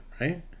right